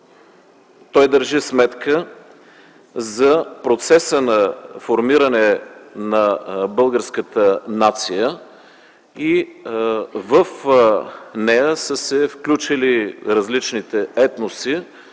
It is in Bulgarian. той държи сметка за процеса на формиране на българската нация и в нея са се включили различните етноси.